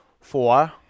Four